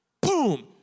Boom